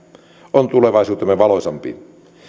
on tulevaisuutemme valoisampi